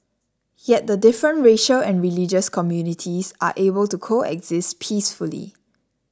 yet the different racial and religious communities are able to coexist peacefully